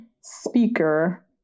speaker